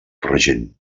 regent